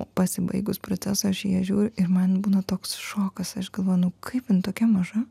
pasibaigus procesui aš į ją žiūriu ir man būna toks šokas aš galvoju nu kaip jin tokia maža